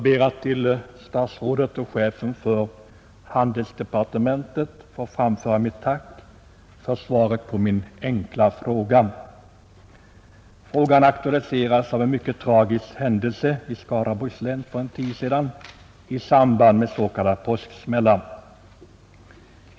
Herr talman! Jag ber att till herr handelsministern få framföra mitt tack för svaret på min enkla fråga. Frågan aktualiserades av en mycket tragisk händelse i Skaraborgs län för en tid sedan i samband med s.k. påsksmällar.